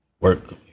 work